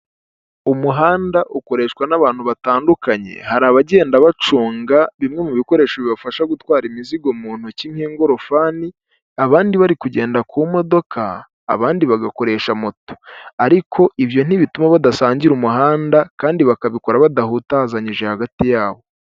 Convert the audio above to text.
Umuhanda ukoreshwa n'abantu batandukanye. Hari abagenda bacunga bimwe mu bikoresho bibafasha gutwara imizigo mu ntoki nk'ingorofani, abandi bari kugenda ku modoka, abandi bagakoresha moto ariko ibyo ntibituma badasangira umuhanda kandi bakabikora badahutazanyije hagati yabo.